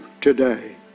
today